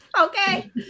Okay